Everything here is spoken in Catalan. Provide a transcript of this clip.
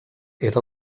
era